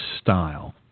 style